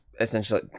essentially